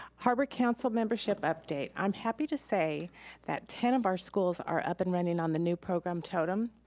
harbor council membership update. i'm happy to say that ten of our schools are up and running on the new program totem,